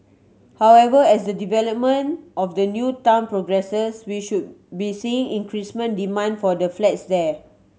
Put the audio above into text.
however as the development of the new town progresses we should be seeing demand for the flats there